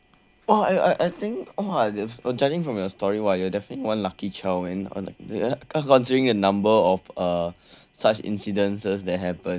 well I I think !wah! judging from your story !wah! you are definitely one lucky child man considering a number of uh such incidences that happen